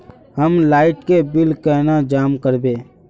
हम लाइट के बिल केना जमा करबे?